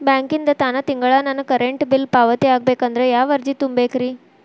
ಬ್ಯಾಂಕಿಂದ ತಾನ ತಿಂಗಳಾ ನನ್ನ ಕರೆಂಟ್ ಬಿಲ್ ಪಾವತಿ ಆಗ್ಬೇಕಂದ್ರ ಯಾವ ಅರ್ಜಿ ತುಂಬೇಕ್ರಿ?